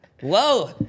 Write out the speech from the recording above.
Whoa